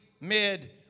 mid-